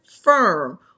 firm